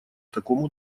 такому